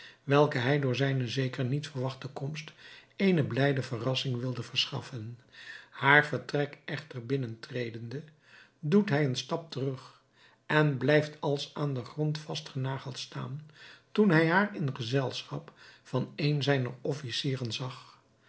welke hij door zijne zeker niet verwachte komst eene blijde verrassing wilde verschaffen haar vertrek echter binnentredende doet hij een stap terug en blijft als aan den grond vastgenageld staan toen hij haar in gezelschap van een zijner officieren zag